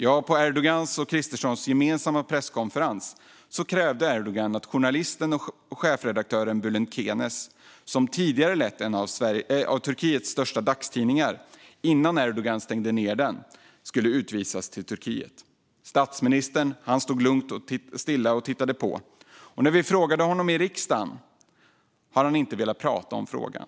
Jo, på Erdogans och Kristerssons gemensamma presskonferens krävde Erdogan att journalisten och chefredaktören Bülent Kenes, som ledde en av de största dagstidningarna i Turkiet innan Erdogan stängde ned den, skulle utvisas till Turkiet. Statministern stod lugnt och stilla och tittade på. När vi har frågat honom i riksdagen har han inte velat prata om frågan.